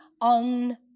on